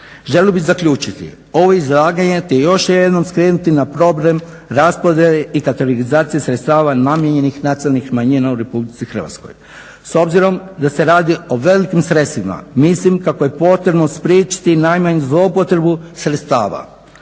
Želio bih zaključiti ovo izlaganje te još jednom skrenuti na problem raspodjele i kategorizacije sredstava namijenjenih nacionalnim manjinama u RH. S obzirom da se radi o velikim sredstvima mislim kako je potrebno spriječiti najmanju zloupotrebu sredstava.